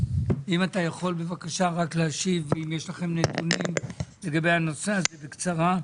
אם אתה יכול בבקשה רק להשיב ואם יש לכם נתונים לגבי הנושא הזה בקצרה.